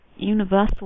universal